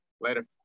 Later